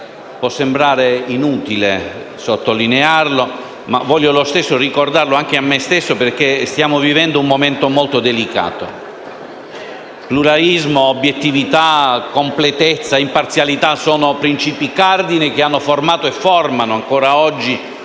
Può sembrare inutile sottolinearlo, ma voglio ricordarlo ugualmente anche a me stesso perché stiamo vivendo un momento molto delicato. Pluralismo, obiettività, completezza e imparzialità sono principi cardine che hanno formato e formano ancora oggi